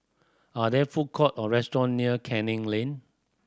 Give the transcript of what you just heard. are there food court or restaurant near Canning Lane